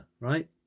right